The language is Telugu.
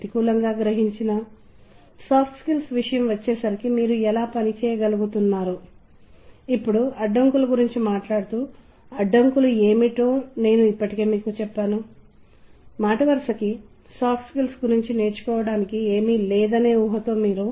అదే విధంగా ఈ గ్రాఫిక్ ప్రాతినిధ్యాల ద్వారా వేగం వ్యక్తం చేయబడింది కాబట్టి ప్రజలు కూడా తదనుగుణంగా వీటిని ఎంచుకున్నారు మరియు లయ యొక్క సంక్లిష్టత మరియు మొత్తం సంగీతం కూడా తదనుగుణంగా గుర్తింపు చేయబడింది